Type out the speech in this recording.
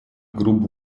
грубо